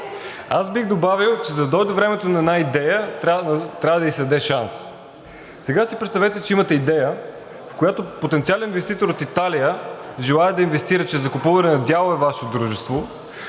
Аз бих добавил, че за да дойде времето на една идея, трябва да ѝ се даде шанс. Сега си представете, че имате идея, в която потенциален инвеститор от Италия желае да инвестира чрез закупуване на дялове във Вашето дружество,